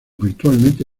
virtualmente